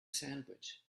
sandwich